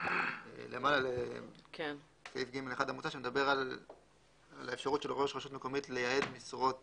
למעלה לסעיף (ג1) שמדבר על אפשרות של ראש רשות מקומית לייעד משרות